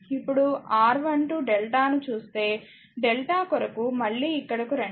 ఇప్పుడు R12డెల్టా ను చూస్తే డెల్టా కొరకు మళ్ళీ ఇక్కడకు రండి